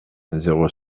zéro